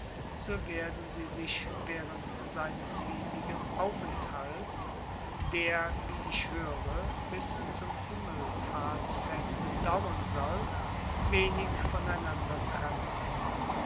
so werden sie sich während seines hiesigen aufenthalts der wie ich höre bis zum himmelfahrtsfeste dauern soll wenig voneinander trennen